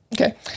Okay